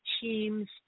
teams